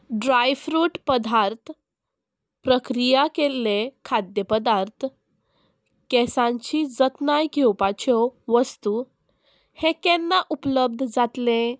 dry fruit पदार्थ प्रक्रिया केल्ले खाद्य पदार्थ केंसांची जतनाय घेवपाच्यो वस्तू हें केन्ना उपलब्ध जातलें